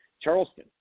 Charleston